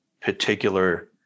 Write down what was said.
particular